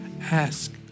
Ask